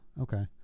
okay